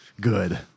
good